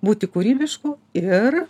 būti kūrybišku ir